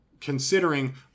considering